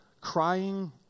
Crying